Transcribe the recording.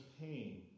pain